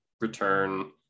return